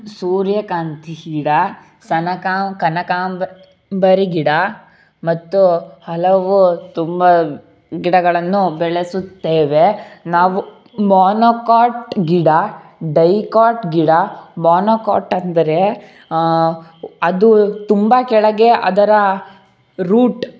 ಸೂರ್ಯಕಾಂತಿ ಗಿಡ ಸನ ಕನಕಾಂಬರ ಗಿಡ ಮತ್ತು ಹಲವು ತುಂಬ ಗಿಡಗಳನ್ನು ಬೆಳೆಸುತ್ತೇವೆ ನಾವು ಮೊನೊಕಾಟ್ ಗಿಡ ಡೈಕಾಟ್ ಗಿಡ ಮೊನೊಕಾಟ್ ಅಂದರೆ ಅದು ತುಂಬ ಕೆಳಗೆ ಅದರ ರೂಟ್